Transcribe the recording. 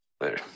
later